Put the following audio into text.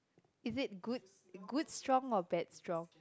is it good good strong or bad strong